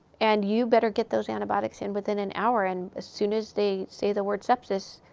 and you better get those antibiotics in within an hour. and as soon as they say the word sepsis,